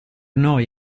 noi